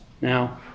Now